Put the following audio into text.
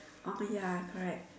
ah ya correct